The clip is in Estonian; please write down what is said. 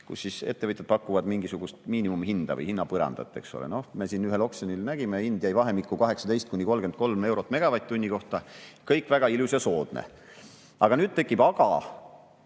kus siis ettevõtjad pakuvad mingisugust miinimumhinda või hinnapõrandat, eks ole. Noh, me siin ühel oksjonil nägime, hind jäi vahemikku 18–33 eurot megavatt-tunni kohta, kõik väga ilus ja soodne. Kuid nüüd tekib üks